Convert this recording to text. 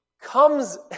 comes